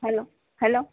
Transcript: hello hello